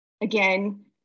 again